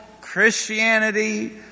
Christianity